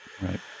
right